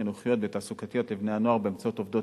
חינוכיות ותעסוקתיות לבני נוער באמצעות עובדות